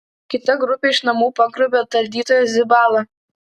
kita grupė iš namų pagrobė tardytoją zibalą